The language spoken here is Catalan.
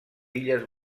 illes